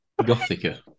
Gothica